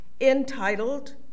entitled